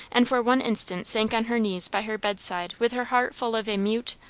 and for one instant sank on her knees by her bedside with her heart full of a mute,